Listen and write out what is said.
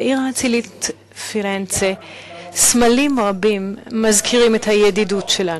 בעיר האצילית פירנצה סמלים רבים מזכירים את הידידות שלנו.